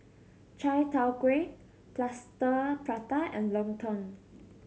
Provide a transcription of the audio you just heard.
Chai Tow Kuay Plaster Prata and lontong